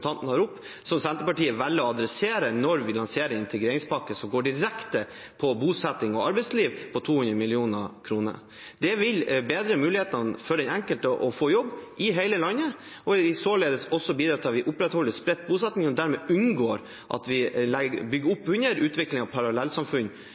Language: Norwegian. tar opp, som Senterpartiet velger å adressere når vi lanserer en integreringspakke som går direkte på bosetting og arbeidsliv, på 200 mill. kr. Det vil bedre mulighetene for den enkelte for å få jobb i hele landet, og således også bidra til at vi opprettholder spredt bosetting og dermed unngår at vi bygger